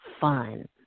fun